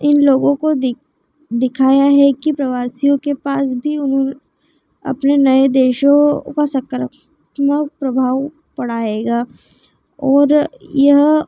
इन लोगों को देख दिखाया है कि प्रवासियों के पास भी उन्हों अपने नए देशों का शक करा क्या प्रभाव पड़ा हेगा और यह